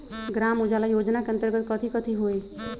ग्राम उजाला योजना के अंतर्गत कथी कथी होई?